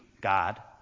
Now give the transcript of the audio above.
God